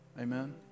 Amen